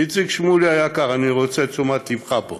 איציק שמולי היקר, אני רוצה את תשומת ליבך פה.